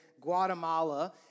Guatemala